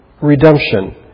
Redemption